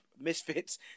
misfits